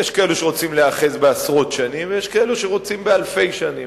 יש כאלו שרוצים להיאחז בעשרות שנים ויש כאלו שרוצים באלפי שנים,